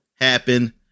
happen